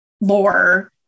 lore